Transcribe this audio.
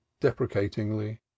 deprecatingly